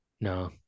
No